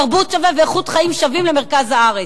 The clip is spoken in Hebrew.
תרבות שווה ואיכות חיים שווה לזו שבמרכז הארץ.